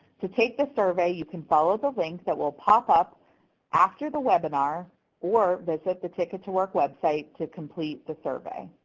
to take the survey, you can follow the link that will pop up after the webinar or visit the ticket to work website to complete the survey.